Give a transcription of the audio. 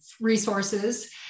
resources